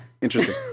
interesting